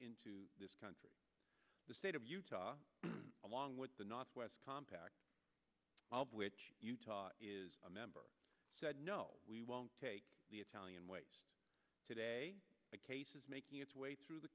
into this country the state of utah along with the northwest compact of which utah is a member said no we won't take the italian way today the case is making its way through the